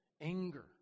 anger